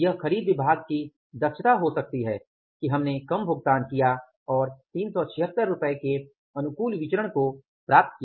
यह खरीद विभाग की दक्षता हो सकती है कि हमने कम भुगतान किया और 376 के अनुकूल विचरण को प्राप्त किया